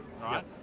right